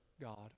God